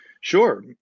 Sure